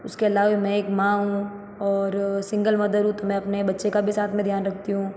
उसके अलावा भी में एक माँ हूँ और सिंगल मदर हूँ तो मैं अपने बच्चे का भी साथ में ध्यान रखती हूँ